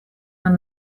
нам